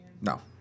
No